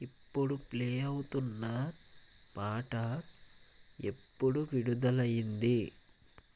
ఇప్పుడు ప్లే అవుతున్న పాట ఎప్పుడు విడుదలయ్యింది